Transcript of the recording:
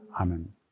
Amen